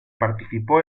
participó